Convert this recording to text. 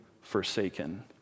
forsaken